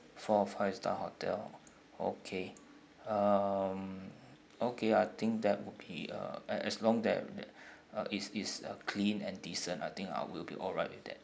four or five star hotel okay um okay I think that would be uh a~ as long that uh is is uh clean and decent I think I will be alright with that